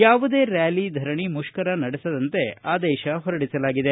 ಯಾವುದೇ ರ್ದಾಲಿ ಧರಣಿ ಮುಷ್ಠರ ನಡೆಸದಂತೆ ಆದೇಶ ಹೊರಡಿಸಲಾಗಿದೆ